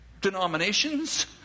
denominations